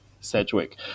sedgwick